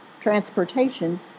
transportation